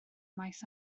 maes